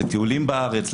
לטיולים בארץ,